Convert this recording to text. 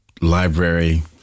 library